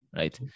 right